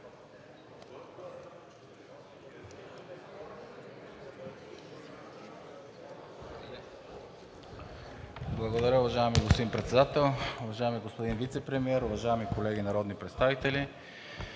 Благодаря, уважаеми господин Председател. Уважаеми господин Вицепремиер, уважаеми колеги народни представители!